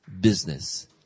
business